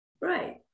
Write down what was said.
Right